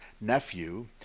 nephew